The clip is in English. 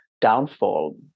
downfall